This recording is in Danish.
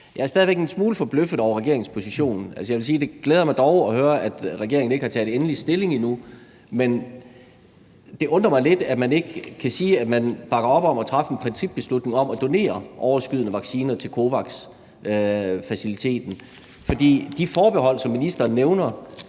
jeg stadig væk er en smule forbløffet over regeringens position. Det glæder mig dog at høre, at regeringen ikke har taget endelig stilling endnu. Men det undrer mig lidt, at man ikke kan sige, at man bakker op om at træffe en principbeslutning om at donere overskydende vacciner til COVAX-faciliteten, for de forbehold, som ministeren nævner,